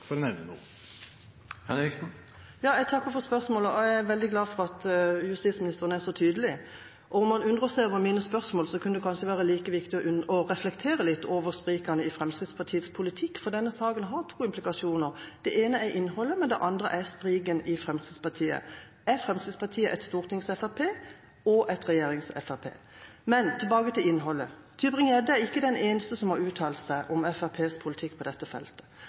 for å nevne noe. Jeg takker for svaret. Jeg er veldig glad for at justisministeren er så tydelig. Om han undrer seg over mine spørsmål, kunne det kanskje være like viktig å reflektere litt over sprikene i Fremskrittspartiets politikk, for denne saka har to implikasjoner. Det ene er innholdet, det andre er spriken i Fremskrittspartiet. Er Fremskrittspartiet et stortingsfremskrittsparti og et regjeringsfremskrittsparti? Tilbake til innholdet. Tybring-Gjedde er ikke den eneste som har uttalt seg om Fremskrittspartiets politikk på dette feltet.